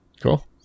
cool